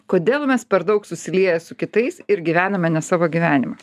kodėl mes per daug susilieję su kitais ir gyvename ne savo gyvenimą